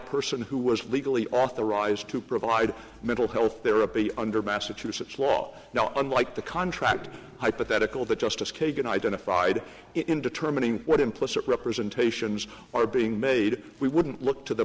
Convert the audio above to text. person who was legally authorized to provide mental health there a baby under massachusetts law now unlike the contract hypothetical that justice kagan identified in determining what implicit representations are being made we wouldn't look to the